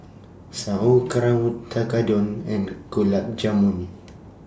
Sauerkraut Tekkadon and Gulab Jamun